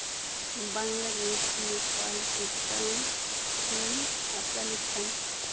Bangladesh Nepal Bhutan China Afghanistan